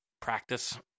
practice